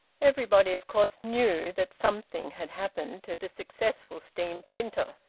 everybody of course knew that something had happened to the successful steam-printer.